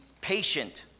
patient